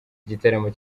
igitaramo